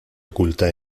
oculta